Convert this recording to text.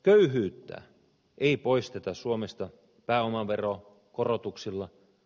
köyhyyttä ei poisteta suomesta pääomaveron korotuksilla